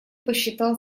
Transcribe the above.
посчитал